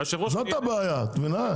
זאת הבעיה, מבינה?